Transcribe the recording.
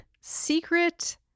secret